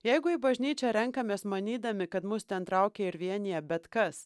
jeigu į bažnyčią renkamės manydami kad mus ten traukia ir vienija bet kas